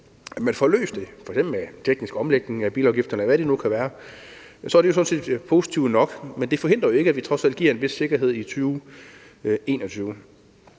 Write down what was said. at man får løst det, f.eks. med en teknisk omlægning af bilafgifterne, eller hvad det nu kan være, og så er det sådan set positivt nok. Men det forhindrer jo ikke, at vi trods alt giver en vis sikkerhed i 2021.